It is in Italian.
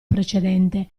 precedente